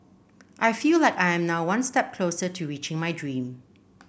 I feel like I am now one step closer to reaching my dream